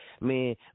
Man